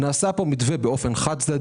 נעשה פה מתווה באופן חד-צדדי,